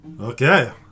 Okay